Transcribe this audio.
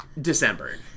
December